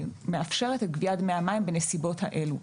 מאפשרת את גביית דמי המים בנסיבות האלו.